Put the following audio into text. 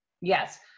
Yes